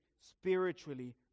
spiritually